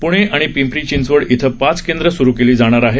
प्णे आणि पिंपरी चिंचवड इथं पाच केंद्र सुरू केली जाणार आहेत